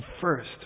first